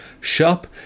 shop